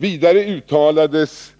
Vidare uttalades